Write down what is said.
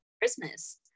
Christmas